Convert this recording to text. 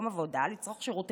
לצרוך שירותי רווחה ובריאות,